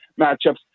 matchups